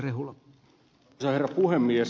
arvoisa herra puhemies